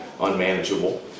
unmanageable